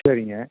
சரிங்க